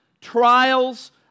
trials